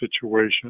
situation